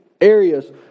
areas